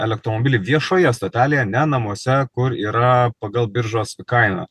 elektromobilį viešoje stotelėje ne namuose kur yra pagal biržos kainą